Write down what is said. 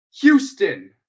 Houston